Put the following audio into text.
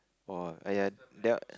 oh !aiya! that one